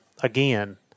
Again